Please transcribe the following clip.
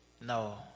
no